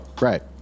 Right